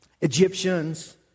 Egyptians